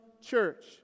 church